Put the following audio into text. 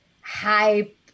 hype